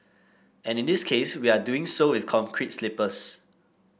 and in this case we are doing so with concrete sleepers